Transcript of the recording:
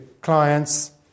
clients